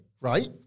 right